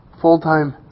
full-time